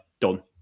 done